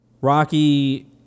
Rocky